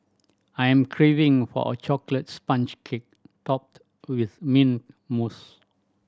I am craving for a chocolate sponge cake topped with mint mousse